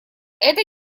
эта